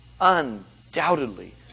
Undoubtedly